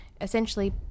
essentially